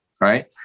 right